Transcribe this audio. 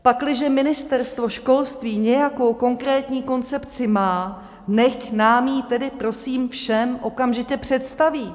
Pakliže Ministerstvo školství nějakou konkrétní koncepci má, nechť nám ji tedy, prosím, všem okamžitě představí.